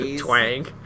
Twang